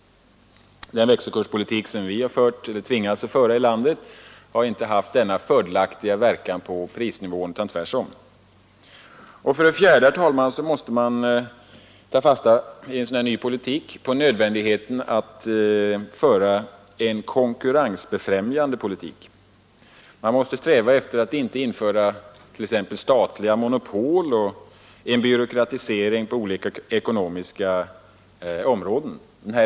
Den växelkurspolitik som vi här i landet tvingats föra har inte haft denna fördelaktiga verkan på prisnivån utan tvärtom. För det fjärde måste man ta fasta på nödvändigheten av att föra en konkurrensbefrämjande politik. Man måste sträva efter att inte införa statliga monopol och en byråkratisering på olika ekonomiska områden.